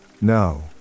No